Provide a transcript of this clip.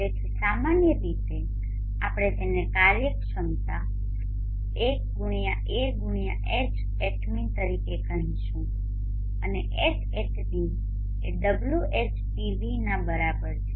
તેથી સામાન્ય રીતે આપણે તેને કાર્યક્ષમતા×A×Hatmin તરીકે કહીશું અને Hatmin એ Whpvના બરાબર છે